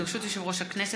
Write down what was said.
ברשות יושב-ראש הכנסת,